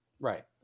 Right